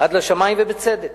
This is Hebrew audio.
עד לשמים, ובצדק,